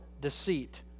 deceit